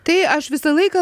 tai aš visą laiką